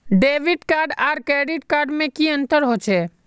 Debit card आर credit card में की अंतर होचे?